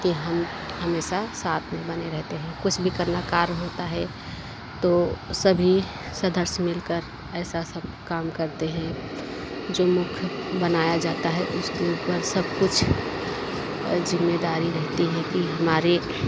कि हम हमेशा साथ में बने रहते हैं कुछ भी करना कार्य होता है तो सभी सदस्य मिलकर ऐसा सब काम करते हैं जो मुख्य बनाया जाता है उसके ऊपर सब कुछ जिम्मेदारी रहती है कि हमारे